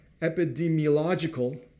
epidemiological